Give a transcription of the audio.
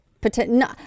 potential